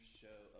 show